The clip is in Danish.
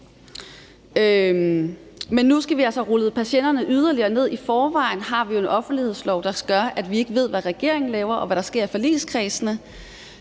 Men nu skal vi altså have rullet persiennerne yderligere ned. I forvejen har vi jo en offentlighedslov, der gør, at vi ikke ved, hvad regeringen laver, eller hvad der sker i forligskredsene,